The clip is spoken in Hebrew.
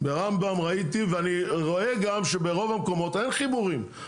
ברמב"ם ראיתי ואני רואה גם שברוב המקומות אין חיבורים.